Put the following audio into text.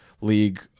league